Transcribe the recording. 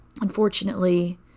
unfortunately